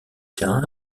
terrain